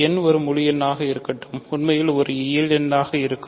n ஒரு முழு எண்ணாக இருக்கட்டும் உண்மையில் ஒரு இயல் எண்ணாக இருக்கும்